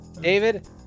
David